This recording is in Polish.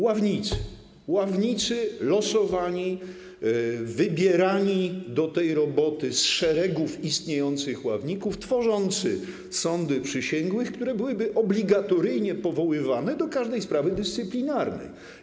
Ławnicy losowani, wybierani do tej roboty z szeregów istniejących ławników, tworzący sądy przysięgłych, które byłyby obligatoryjnie powoływane do każdej sprawy dyscyplinarnej.